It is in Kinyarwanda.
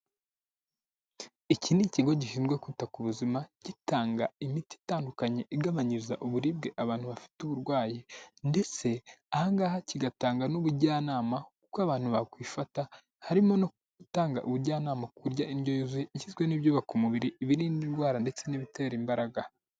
Iki ni ikigo gishinzwe kwita ku buzima, gitanga imiti itandukanye igabanyiriza uburibwe abantu bafite uburwayi, ndetse aha ngaha kigatanga n'ubujyanama uko abantu bakwifata, harimo no gutanga ubujyanama kurya indyo yuzuye, igizwe n'ibyuyubaka umubiri, ibirinda indwara, ndetse n'ibitera imbaraga.